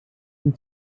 ein